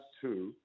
two